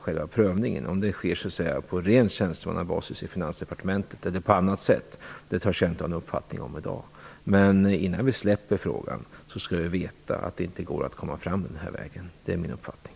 själva prövningen skall få, om det skall göras på ren tjänstemannabasis inom Finansdepartementet eller på annat sätt, törs jag inte ha någon uppfattning om i dag. Men innan vi släpper frågan skall Inger Lundberg veta att det inte går att komma fram den vägen. Det är min uppfattning.